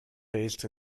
based